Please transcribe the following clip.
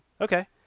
okay